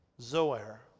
Zoar